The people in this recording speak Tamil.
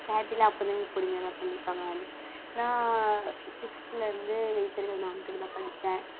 கேட்டிலாப்பறையும் பொறுமையாகதான் பண்ணிப்பாங்கள் நான் சிக்ஸ்துலருந்து எயித்து வரைக்கும் அந்த மேம்கிட்டதான் படித்தேன்